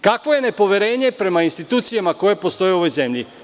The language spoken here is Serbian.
Kakvo je nepoverenje prema institucijama koje postoje u ovoj zemlji?